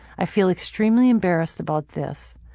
i feel extremely embarrassed about this.